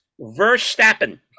Verstappen